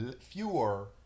fewer